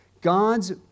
God's